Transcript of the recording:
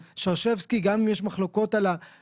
כי מה שנספיק עכשיו יאפשר גם להתפנות לפעימות הבאות.